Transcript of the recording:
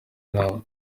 inama